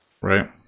right